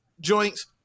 joints